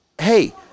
hey